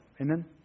Amen